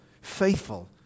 faithful